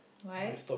why